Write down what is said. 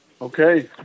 Okay